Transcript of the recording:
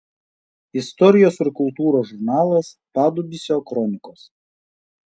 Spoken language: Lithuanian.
istorijos ir kultūros žurnalas padubysio kronikos